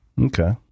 Okay